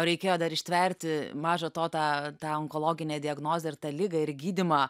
reikėjo dar ištverti maža to tą tą onkologinę diagnozę ir tą ligą ir gydymą